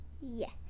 Yes